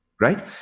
right